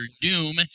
Doom